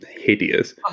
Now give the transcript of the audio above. hideous